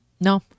no